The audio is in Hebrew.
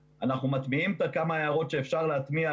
כמה ההערות שאפשר להטמיע,